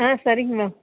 ஆ சரிங்க மேம்